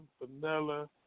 vanilla